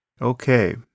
Okay